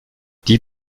die